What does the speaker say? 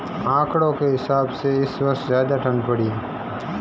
आंकड़ों के हिसाब से इस वर्ष ज्यादा ठण्ड पड़ी है